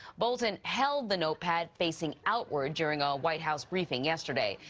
bolton held the notepad facing outward during a white house briefing yesterday.